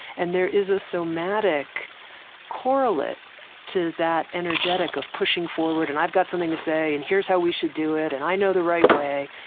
and there is a somatic correlate to that energetic of pushing forward and i've got something to say and here's how we should do it and i know the right way.